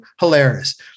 hilarious